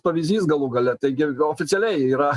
pavyzdys galų gale taigi oficialiai yra